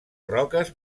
roques